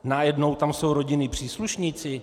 Najednou tam jsou rodinní příslušníci?